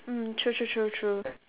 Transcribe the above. mm true true true true